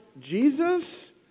Jesus